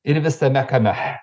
ir visame kame